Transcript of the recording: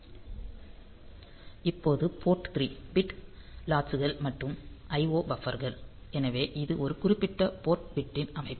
இப்போது port 3 bit லாட்சுகள் மற்றும் IO பஃப்பர்கள் எனவே இது ஒரு குறிப்பிட்ட போர்ட் பிட்டின் அமைப்பு